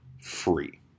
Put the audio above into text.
free